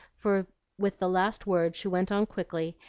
for with the last word she went on quickly,